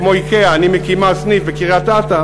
כמו "איקאה": אני מקימה סניף בקריית-אתא